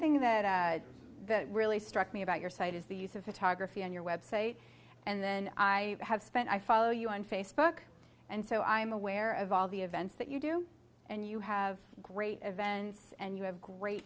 thing that really struck me about your site is the use of photography on your website and then i have spent i follow you on facebook and so i am aware of all the events that you do and you have great events and you have great